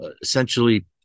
essentially